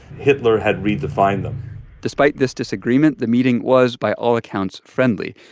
hitler had redefined them despite this disagreement, the meeting was, by all accounts, friendly.